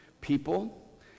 people